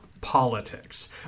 Politics